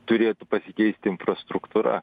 turėtų pasikeisti infrastruktūra